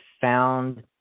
found